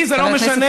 לי זה לא משנה,